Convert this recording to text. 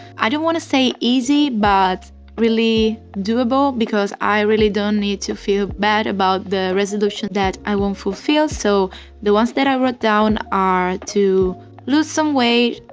i don't want to say easy, but really doable because i really don't need to feel bad about the resolutions that i won't fulfill! so the ones that i wrote down are to lose some weight,